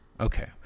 okay